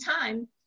time